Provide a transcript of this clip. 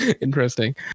interesting